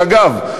ואגב,